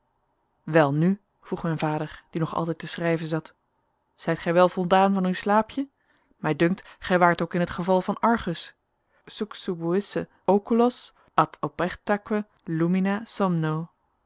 welnu vroeg mijn vader die nog altijd te schrijven zat zijt gij wel voldaan van uw slaapje mij dunkt gij waart ook in het geval van argus succubuisse oculos ad opertaque lumina